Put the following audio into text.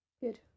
Good